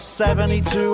72